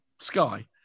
Sky